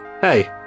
hey